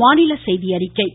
வானிலை